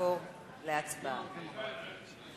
נעבור להצבעה.